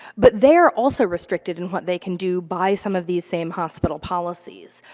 but they're also restricted in what they can do by some of these same hospital policies.